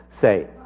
say